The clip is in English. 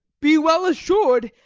be well assured,